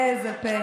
איזה פה.